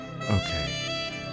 Okay